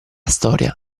storia